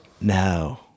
No